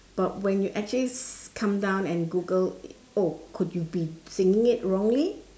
but when you actually come down and google oh could you be singing it wrongly